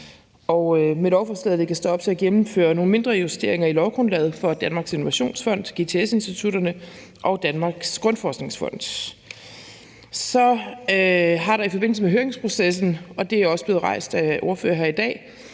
og med lovforslaget lægges der op til at gennemføre nogle mindre justeringer i lovgrundlaget for Danmarks Innovationsfond, GTS-institutterne og Danmarks Grundforskningsfond. Så har der i forbindelse med høringsprocessen – og det er også blevet rejst af ordførere her i dag